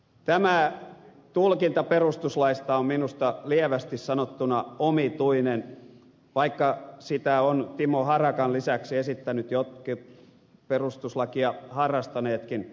tämä tulkinta perustuslaista on minusta lievästi sanottuna omituinen vaikka sitä ovat timo harakan lisäksi esittäneet jotkut perustuslakia harrastaneetkin henkilöt